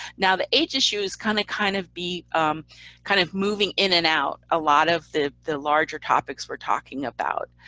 now, the age issues kind of, kind of um kind of moving in and out a lot of the the larger topics we're talking about.